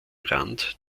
rand